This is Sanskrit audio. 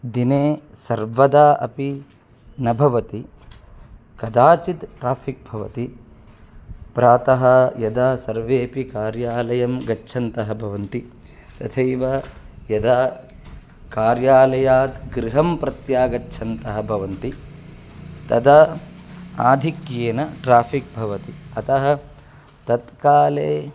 दिने सर्वदा अपि न भवति कदाचित् ट्राफ़िक् भवति प्रातः यदा सर्वेपि कार्यालयं गच्छन्तः भवन्ति तथैव यदा कार्यालयात् गृहं प्रत्यागच्छन्तः भवन्ति तदा आधिक्येन ट्राफिक् भवति अतः तत्काले